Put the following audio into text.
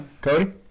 Cody